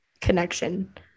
connection